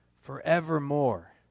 forevermore